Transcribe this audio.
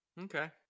Okay